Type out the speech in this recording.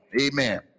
Amen